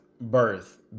birth